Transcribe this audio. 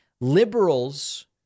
liberals